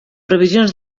previsions